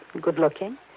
good-looking